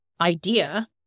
idea